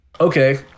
okay